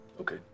Okay